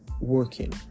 working